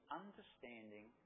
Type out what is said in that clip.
understanding